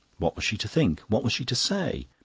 what was she to think, what was she to say?